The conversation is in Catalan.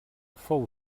fou